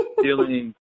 feeling